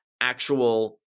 actual